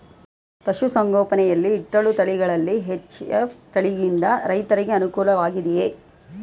ಪಶು ಸಂಗೋಪನೆ ಯಲ್ಲಿ ಇಟ್ಟಳು ತಳಿಗಳಲ್ಲಿ ಎಚ್.ಎಫ್ ತಳಿ ಯಿಂದ ರೈತರಿಗೆ ಅನುಕೂಲ ವಾಗಿದೆಯೇ?